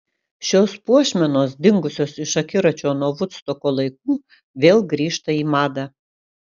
šios puošmenos dingusios iš akiračio nuo vudstoko laikų vėl grįžta į madą